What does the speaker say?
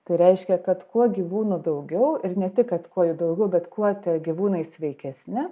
tai reiškia kad kuo gyvūnų daugiau ir ne tik kad kuo jų daugiau bet kuo tie gyvūnai sveikesni